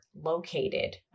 located